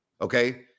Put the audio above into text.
Okay